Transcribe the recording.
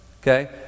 Okay